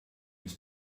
his